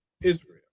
israel